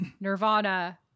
Nirvana